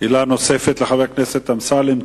שאלה נוספת לחבר הכנסת אמסלם?